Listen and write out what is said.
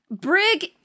Brig